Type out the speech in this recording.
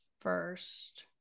first